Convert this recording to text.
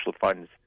funds